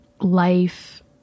life